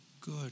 good